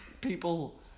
People